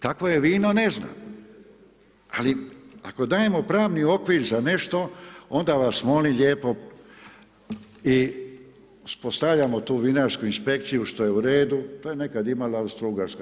Kakvo je vino, ne znam, ali ako dajemo pravni okvir za nešto, onda vas molim lijepo i uspostavljamo tu vinarsku inspekciju što je u redu, to je nekad imala Austro-ugarska.